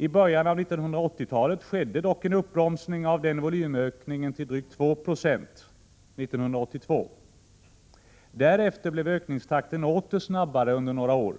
I början av 1980-talet skedde dock en uppbromsning av denna volymökning till drygt 2 20 1982. Därefter blev ökningstakten åter snabbare under några år.